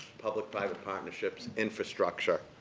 public private partnerships, infrastructure,